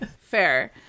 Fair